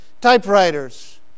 Typewriters